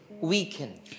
weaken